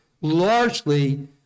largely